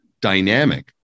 dynamic